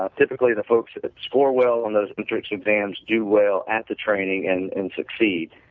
um typically, the folks that score well on those entrance exams do well at the training and and succeed.